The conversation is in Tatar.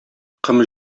ком